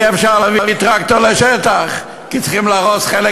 אי-אפשר להביא טרקטור לשטח כי צריכים להרוס חלק